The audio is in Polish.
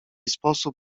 sposób